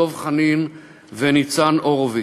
דב חנין וניצן הורוביץ.